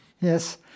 Yes